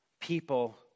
People